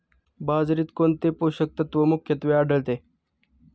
बाजरीत कोणते पोषक तत्व मुख्यत्वे आढळते?